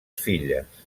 filles